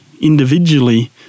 individually